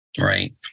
right